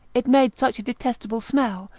it made such a detestable smell,